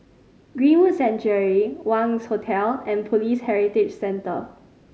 Greenwood Sanctuary Wangz Hotel and Police Heritage Centre